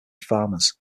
farmers